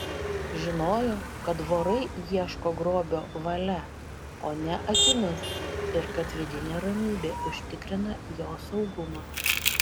žinojo kad vorai ieško grobio valia o ne akimis ir kad vidinė ramybė užtikrina jo saugumą